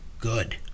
good